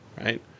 right